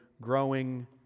growing